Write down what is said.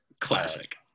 Classic